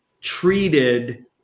treated